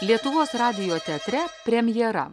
lietuvos radijo teatre premjera